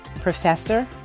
professor